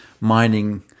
mining